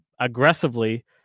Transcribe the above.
aggressively